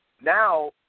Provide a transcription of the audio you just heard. Now